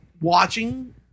watching